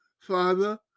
Father